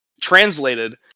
translated